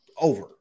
over